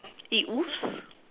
it woofs